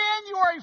January